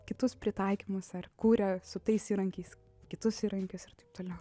kitus pritaikymus ar kuria su tais įrankiais kitus įrankius ir taip toliau